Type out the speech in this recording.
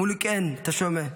מולוקן טשומה,